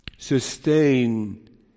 Sustain